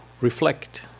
reflect